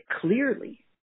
clearly